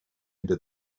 into